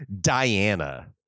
Diana